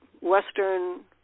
Western